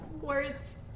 words